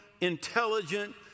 intelligent